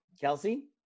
Kelsey